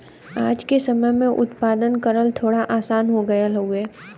आज के समय में उत्पादन करल थोड़ा आसान हो गयल हउवे